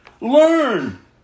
Learn